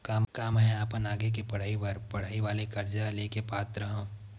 का मेंहा अपन आगे के पढई बर पढई वाले कर्जा ले के पात्र हव?